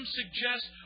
suggest